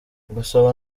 gusaba